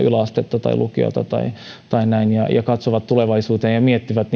yläastetta tai lukiota tai tai näin katsovat tulevaisuuteen ja miettivät